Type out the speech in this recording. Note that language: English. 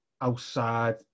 outside